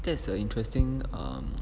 that's a interesting um